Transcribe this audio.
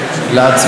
לעצמי,